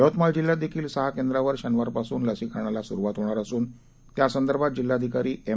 यवतमाळजिल्ह्यातदेखीलसहाकेंद्रांवरशनिवारपासूनलसीकरणालासुरुवातहोणार असूनत्यासंदर्भातजिल्हाधिकारीएम